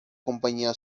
compañía